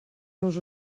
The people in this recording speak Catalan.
nos